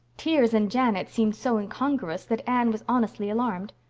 tears and janet seemed so incongruous that anne was honestly alarmed.